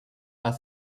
are